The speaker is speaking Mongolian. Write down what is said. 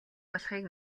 болохыг